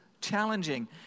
challenging